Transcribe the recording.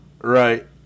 Right